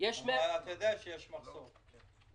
אתה יודע שיש מחסור.